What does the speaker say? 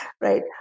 right